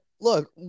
look